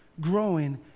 growing